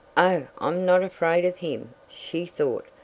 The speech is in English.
oh, i'm not afraid of him, she thought.